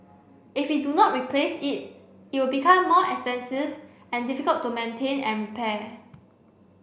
if we do not replace it it will become more expensive and difficult to maintain and repair